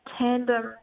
tandem